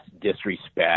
disrespect